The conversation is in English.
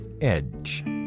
edge